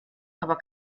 aber